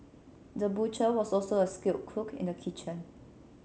the butcher was also a skilled cook in the kitchen